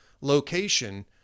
location